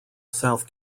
south